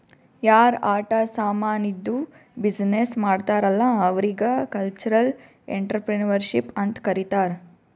ಯಾರ್ ಆಟ ಸಾಮಾನಿದ್ದು ಬಿಸಿನ್ನೆಸ್ ಮಾಡ್ತಾರ್ ಅಲ್ಲಾ ಅವ್ರಿಗ ಕಲ್ಚರಲ್ ಇಂಟ್ರಪ್ರಿನರ್ಶಿಪ್ ಅಂತ್ ಕರಿತಾರ್